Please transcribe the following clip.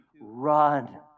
run